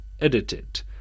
edited